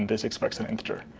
this expects an integer.